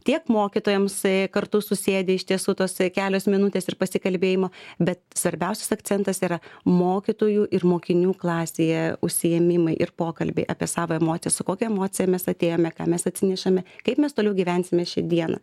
tiek mokytojams kartu susėdę iš tiesų tos kelios minutės ir pasikalbėjimo bet svarbiausias akcentas yra mokytojų ir mokinių klasėje užsiėmimai ir pokalbiai apie savo emocijas su kokia emocija mes atėjome ką mes atsinešame kaip mes toliau gyvensime šią dieną